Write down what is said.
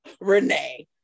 Renee